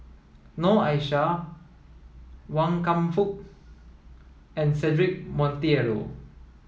Noor Aishah Wan Kam Fook and Cedric Monteiro